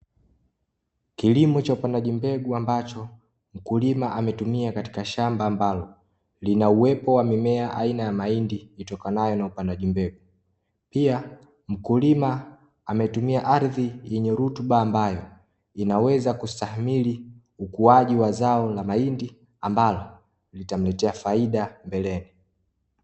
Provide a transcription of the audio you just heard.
Kilimo cha upandaji mbegu ambacho mkulima ametumia katika shamba ambalo lina uwepo wa mimea aina ya mahindi itokanayo na upandaji mbegu. Pia, mkulima ametumia ardhi yenye rutuba ambayo inaweza kustahimili ukuaji wa zao la mahindi ambalo litamletea faida mbeleni.